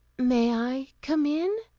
may i come in?